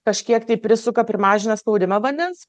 kažkiek tai prisuka primažina spaudimą vandens